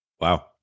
Wow